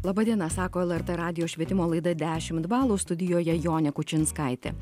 laba diena sako lrt radijo švietimo laida dešimt balų studijoje jonė kučinskaitė